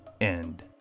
End